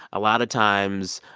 a lot of times,